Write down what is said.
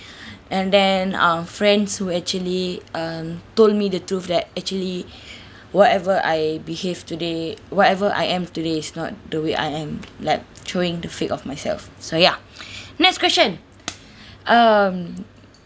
and then uh friends who actually um told me the truth that actually whatever I behave today whatever I am today is not the way I am like throwing the fate of myself so ya next question um